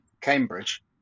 Cambridge